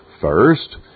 first